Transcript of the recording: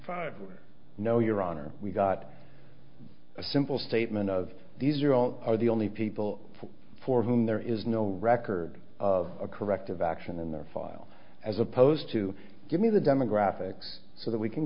five know your honor we got a simple statement of the zero are the only people for whom there is no record of a corrective action in their file as opposed to give me the demographics so that we can